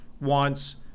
wants